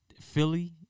Philly